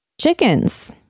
chickens